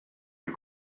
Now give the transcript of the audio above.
you